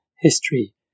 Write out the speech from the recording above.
History